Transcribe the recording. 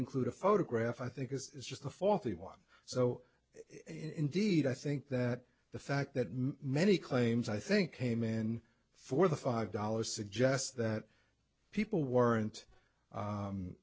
include a photograph i think this is just the faulty one so in deed i think that the fact that many claims i think came in for the five dollars suggest that people weren't